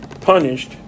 punished